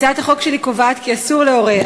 הצעת החוק שלי קובעת כי אסור להורה,